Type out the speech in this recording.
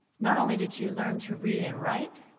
not only did she learn to read and write,